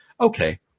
okay